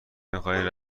بخای